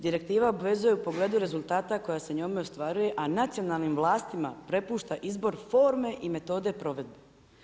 Direktiva obvezuje u pogledu rezultata koja se njome ostvaruje a nacionalnim vlastima prepušta izbor forme i metode provedbe.